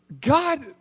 God